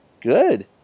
Good